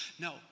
No